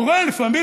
קורה לפעמים,